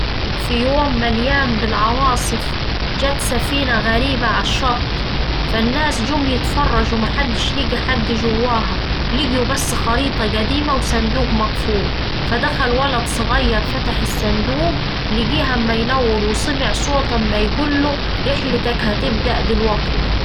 في يوم مليان بالعواصف جت سفينة غريبة على الشط، فالناس جم يتفرجو محدش لقي حد جواها. لقيو بس خريطة قديمة وصندوق مقفول. فدخل ولد صغير فتح الصندوق لقيه أما ينور وسمع صوت أما يقوله: رحلتك هتبدأ دلوقت.